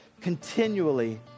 continually